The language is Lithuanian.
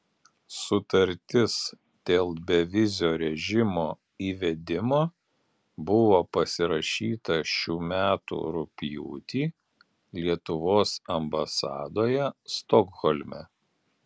sutartis dėl bevizio režimo įvedimo buvo pasirašyta šių metų rugpjūtį lietuvos ambasadoje stokholme